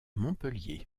montpellier